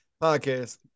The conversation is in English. Podcast